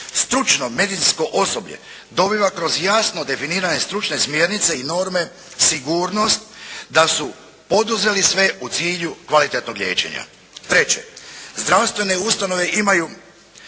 zdravstvene ustanove imaju